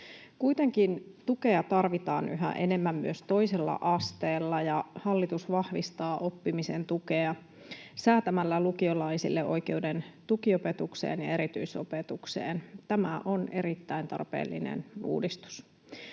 Kuitenkin tukea tarvitaan yhä enemmän myös toisella asteella, ja hallitus vahvistaa oppimisen tukea säätämällä lukiolaisille oikeuden tukiopetukseen ja erityisopetukseen. Tämä on erittäin tarpeellinen uudistus.